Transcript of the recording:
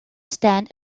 stand